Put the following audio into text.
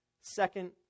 Second